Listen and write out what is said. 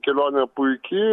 kelionė puiki